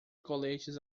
coletes